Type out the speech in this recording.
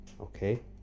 okay